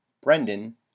brendan